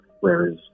whereas